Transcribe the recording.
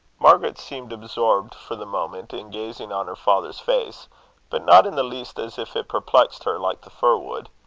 margaret seemed absorbed for the moment in gazing on her father's face but not in the least as if it perplexed her like the fir-wood.